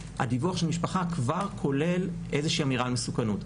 הדיווח של המשפחה כבר כולל איזושהי אמירה על מסוכנות.